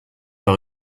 par